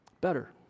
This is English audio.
better